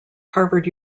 harvard